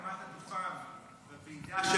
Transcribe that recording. עלות הקמת הדוכן בוועידה,